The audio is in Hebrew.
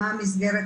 מה מסגרת